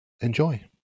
enjoy